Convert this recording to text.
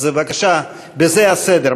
אז בבקשה, בזה הסדר.